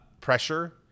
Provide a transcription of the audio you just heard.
pressure